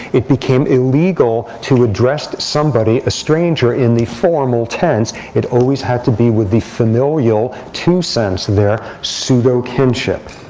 it became illegal to address somebody, a stranger, in the formal tense. it always had to be with the familial to tense there, pseudo kinship,